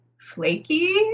flaky